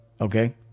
okay